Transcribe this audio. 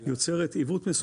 יוצרת עיוות מסוים.